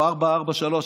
או 443,